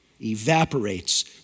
evaporates